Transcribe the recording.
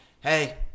Hey